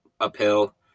uphill